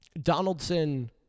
Donaldson